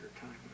time